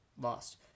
lost